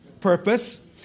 purpose